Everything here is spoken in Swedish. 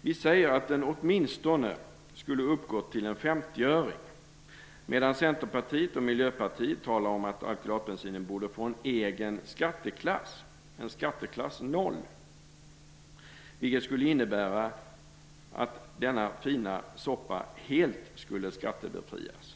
Vi säger att den åtminstone skulle uppgått till en femtioöring, medan Centerpartiet och Miljöpartiet talar om att alkylatbensinen borde få en egen skatteklass, en skatteklass 0, vilket skulle innebära att denna fina soppa helt skulle skattebefrias.